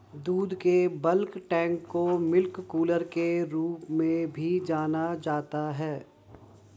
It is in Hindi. दूध के बल्क टैंक को मिल्क कूलर के रूप में भी जाना जाता है